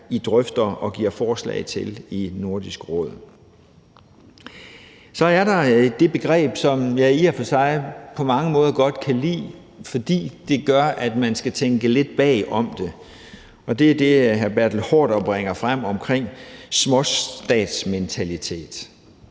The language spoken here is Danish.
I drøfter og kommer med forslag til i Nordisk Råd. Så er der det begreb, som jeg i og for sig på mange måder godt kan lide, fordi det gør, at man skal tænke lidt bag om det, og det er det, hr. Bertel Haarder bringer frem, nemlig småstatsmentalitet.